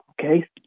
Okay